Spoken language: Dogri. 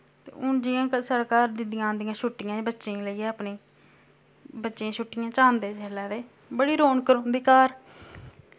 ते हून जि'यां कि साढ़े घर दीदियां आंदियां छुट्टियें च बच्चें गी लेइयै अपने बच्चें गी छुट्टियें च आंदे जिसलै ते बड़ी रौनक रौंह्दी घर